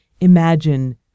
imagine